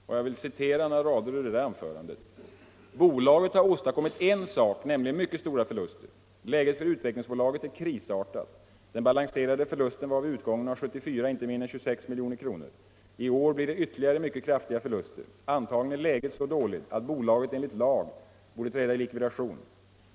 Låt mig citera ur mitt anförande: ”Bolaget har åstadkommit en sak, nämligen mycket stora förluster. Läget för Utvecklingsbolaget är krisartat. Den balanserade förlusten var vid utgången av 1974 inte mindre än 26 milj.kr. I år blir det ytterligare mycket kraftiga förluster. Antagligen är läget så dåligt att bolaget enligt lag borde träda i likvidation.